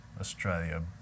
Australia